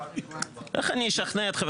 הלאה.